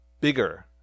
bigger